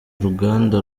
uruganda